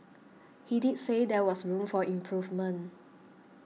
he did say there was room for improvement